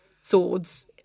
swords